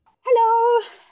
hello